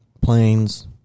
Planes